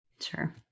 Sure